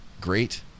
great